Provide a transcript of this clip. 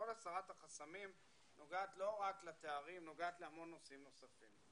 כל הסרת החסמים נוגעת לא רק לתארים אלא נוגעת להמון נושאים נוספים.